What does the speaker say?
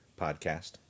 podcast